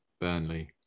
Burnley